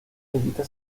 evita